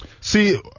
See